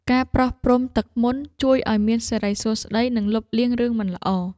ការប្រោះព្រំទឹកមន្ត ជួយឱ្យមានសិរីសួស្តី និងលុបលាងរឿងមិនល្អ។